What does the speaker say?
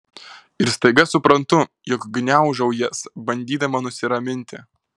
ir staiga suprantu jog gniaužau jas bandydama nusiraminti